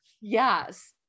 Yes